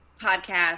Podcast